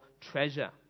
treasure